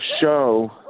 show